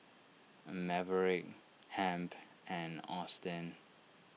Maverick Hamp and Austin